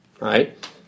right